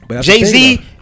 Jay-Z